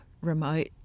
remote